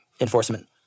enforcement